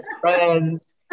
friends